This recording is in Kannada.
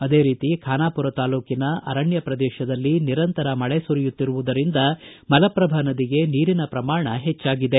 ಅದೇ ರೀತಿ ಖಾನಾಪೂರ ತಾಲೂಕಿನ ಅರಣ್ಯ ಪ್ರದೇಶದಲ್ಲಿ ನಿರಂತರ ಮಳೆ ಸುರಿಯುತ್ತಿರುವುದರಿಂದ ಮಲಪ್ರಭಾ ನದಿಗೆ ನೀರಿನ ಪ್ರಮಾಣ ಹೆಜ್ಜಾಗಿದೆ